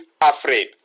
afraid